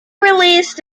released